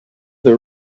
the